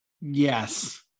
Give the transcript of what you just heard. Yes